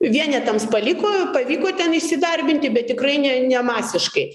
vienetams paliko pavyko ten įsidarbinti bet tikrai ne nemasiškai